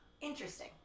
interesting